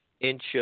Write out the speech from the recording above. inch